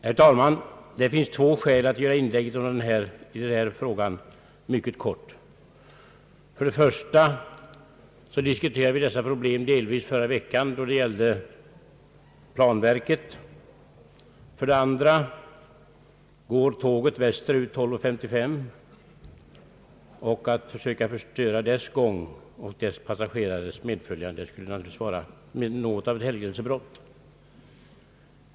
Herr talman! Det finns två skäl att göra mitt inlägg i denna fråga mycket kort. För det första har vi tidigare i denna vecka delvis diskuterat dessa problem då det gällde planverket. För det andra går tåget västerut kl. 12.55, och att försöka störa dess gång och dess passagerares medföljande skulle naturligtvis vara något av ett helgerån.